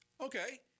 Okay